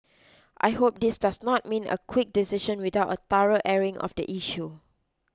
I hope this does not mean a quick decision without a thorough airing of the issue